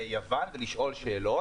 ויוון ולשאול שאלות,